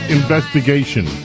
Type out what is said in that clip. investigation